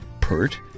pert